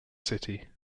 city